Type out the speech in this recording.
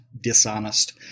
dishonest